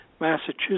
Massachusetts